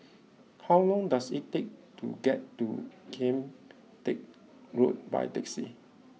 how long does it take to get to Kian Teck Road by taxi